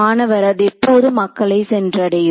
மாணவர் அது எப்போது மக்களை சென்றடையும்